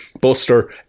Buster